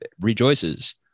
rejoices